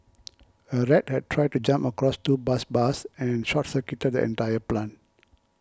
a rat had tried to jump across two bus bars and short circuited the entire plant